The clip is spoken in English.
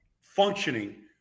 functioning